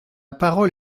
parole